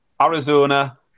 Arizona